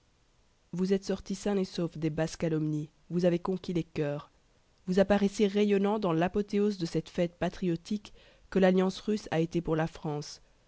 vous êtes sorti sain et sauf des basses calomnies vous avez conquis les coeurs vous apparaissez rayonnant dans l'apothéose de cette fête patriotique que l'alliance russe a été pour la france